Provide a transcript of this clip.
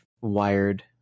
wired